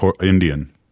Indian